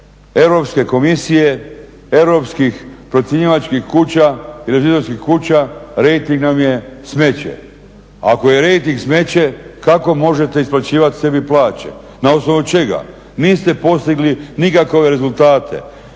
Europske komisije, europskih procjenjivačkih kuća i revizorskih kuća rejting nam je smeće. Ako je rejting smeće kako možete isplaćivat sebi plaće, na osnovu čega? Niste postigli nikakve rezultate,